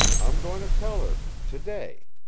i'm going to tell her today.